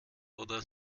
oder